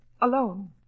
Alone